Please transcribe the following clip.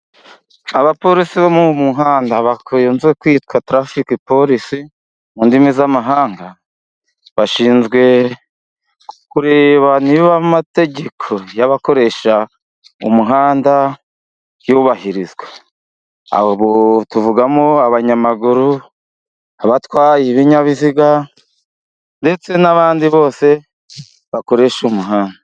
Abapolisi bo mu muhanda bakunze kwitwa tarafike polisi mu ndimi z'amahanga bashinzwe kureba niba amategeko y'abakoresha umuhanda yubahirizwa. Abo tuvugamo abanyamaguru, abatwaye ibinyabiziga ndetse n'abandi bose bakoresha umuhanda.